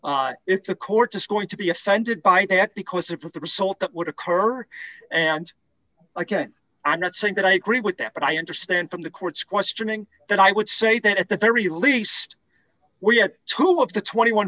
the court is going to be offended by that because it was the result that would occur and again i'm not saying that i agree with that but i understand from the court's questioning that i would say that at the very least we had two of the twenty one